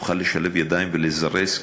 נוכל לשלב ידיים ולזרז,